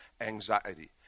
anxiety